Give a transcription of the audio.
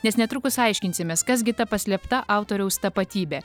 nes netrukus aiškinsimės kas gi ta paslėpta autoriaus tapatybė